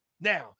Now